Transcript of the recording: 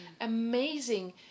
amazing